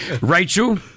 Rachel